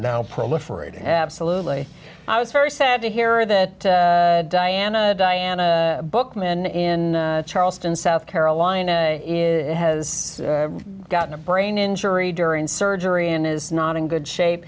now proliferating absolutely i was very sad to hear that diana diana bookman in charleston south carolina has gotten a brain injury during surgery and is not in good shape